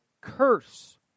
curse